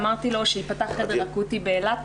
אמרתי לו שייפתח חדר אקוטי באילת,